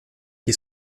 qui